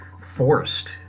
forced